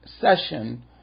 session